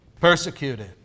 persecuted